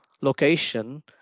location